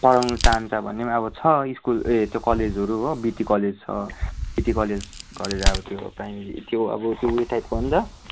पढाउन चाहान्छ भने पनि अब छ त्यो स्कुल ए त्यो कलेजहरू बिटी कलेज छ बिटी कलेज गरेर अब त्यो प्राइमेरी त्यो अब त्यो उयो टाइपको हो नि त